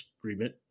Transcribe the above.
agreement